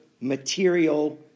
material